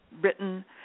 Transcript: written